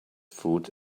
food